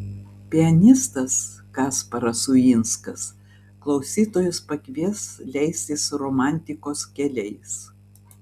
pianistas kasparas uinskas klausytojus pakvies leistis romantikos keliais